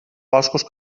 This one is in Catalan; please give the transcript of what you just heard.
boscos